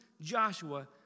Joshua